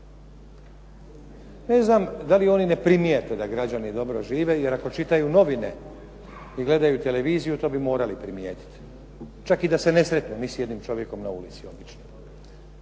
Ne znam da li oni ne primijete da građani dobro žive, jer ako čitaju novine i gledaju televiziju, to bi morali primijetiti. Čak i da se ne sretnu ni s jednim čovjekom na ulici, običnim.